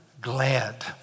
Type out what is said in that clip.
glad